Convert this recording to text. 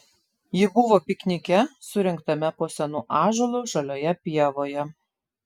ji buvo piknike surengtame po senu ąžuolu žalioje pievoje